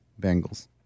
Bengals